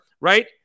right